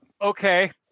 Okay